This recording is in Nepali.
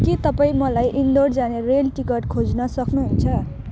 के तपाईँ मलाई इन्दोर जाने रेल टिकट खोज्न सक्नुहुन्छ